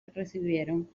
recibieron